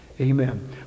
Amen